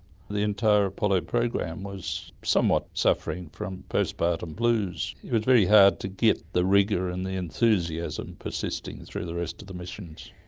the entire apollo program was somewhat suffering from post-partem blues it was very hard to get the rigour and the enthusiasm persisting through the rest of the missions.